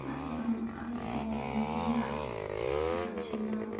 اَلسَلامُ علیکُم وَرحمتہ اللہ مےٚ حظ چھُ ناو